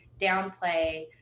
downplay